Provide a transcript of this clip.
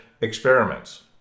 experiments